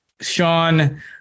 Sean